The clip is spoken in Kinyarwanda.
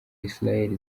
israel